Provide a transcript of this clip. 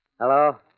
Hello